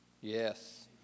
Yes